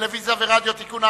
לטלוויזיה ורדיו (תיקון,